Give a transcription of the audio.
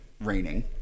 raining